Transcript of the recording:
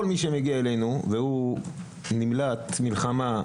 כל מי שמגיע אלינו והוא נמלט מלחמה,